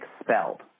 expelled